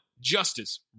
justice